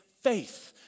Faith